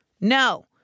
no